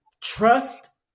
trust